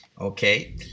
okay